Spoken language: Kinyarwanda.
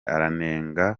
aranenga